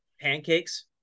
Pancakes